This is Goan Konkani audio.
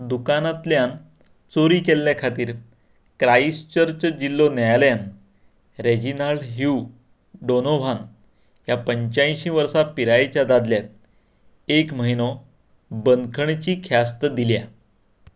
दुकानांतल्यान चोरी केल्या खातीर क्राइस्ट चर्च जिल्लो न्यायालयान रेजिनाल्ड ह्यू डोनोव्हान ह्या पंच्यांयशीं वर्सां पिरायेच्या दादल्याक एक म्हयनो बंदखणीची ख्यास्त दिल्या